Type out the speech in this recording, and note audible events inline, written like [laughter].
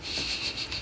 [laughs]